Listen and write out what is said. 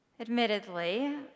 Admittedly